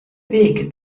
wege